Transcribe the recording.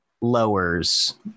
lowers